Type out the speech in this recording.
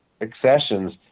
accessions